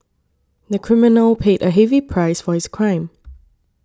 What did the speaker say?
the criminal paid a heavy price for his crime